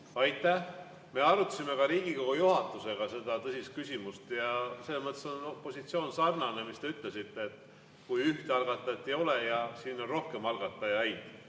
Aitäh! Me arutasime ka Riigikogu juhatusega seda tõsist küsimust. Selles mõttes on opositsioon sarnasel [arvamusel], mis te ütlesite, et kui ühte algatajat ei ole ja [eelnõul] on rohkem algatajaid